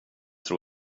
tror